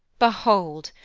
behold,